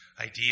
idea